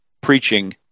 preaching